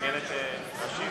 את מעוניינת להשיב?